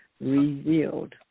revealed